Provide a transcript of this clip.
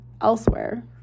elsewhere